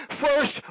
first